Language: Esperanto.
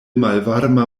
malvarma